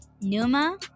Numa